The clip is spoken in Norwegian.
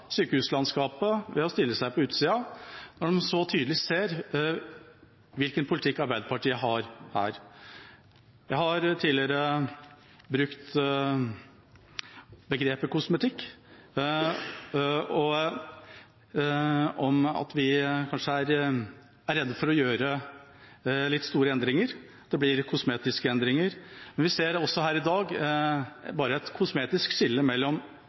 sykehuslandskapet ved å stille seg på utsida, når de så tydelig ser hvilken politikk Arbeiderpartiet har her. Jeg har tidligere brukt begrepet kosmetikk om at vi kanskje er redde for å gjøre litt store endringer. Det blir kosmetiske endringer, og vi ser også her i dag bare et kosmetisk skille mellom